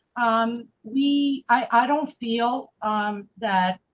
um, we, i, i don't feel um that.